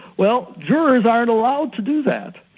well jurors aren't allowed to do that,